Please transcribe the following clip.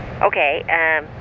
Okay